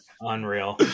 Unreal